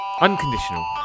Unconditional